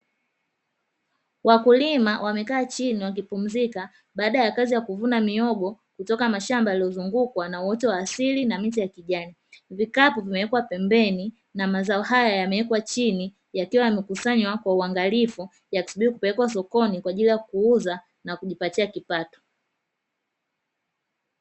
Wakulima wamekaa chini wakipumzika baada ya kazi ya kuvuna miogo kutoka mashamba yaliyozungukwa na uoto wa asili na miti ya kijani. Vikapu vimewekwa pembeni na mazao haya yamewekwa chini yakiwa yamekusanywa kwa uangalifu, yakisubiri kupelekwa sokoni kwa ajili ya kuuza na kujipatia kipato.